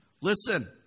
Listen